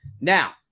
Now